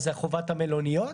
שזו חובת המלוניות,